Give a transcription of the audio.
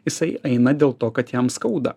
jisai eina dėl to kad jam skauda